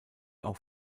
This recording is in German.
auch